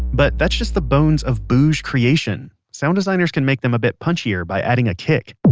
but that's just the bones of booj creation. sound designers can make them a bit punchier by adding a kick,